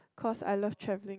cause I love travelling